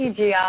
PGI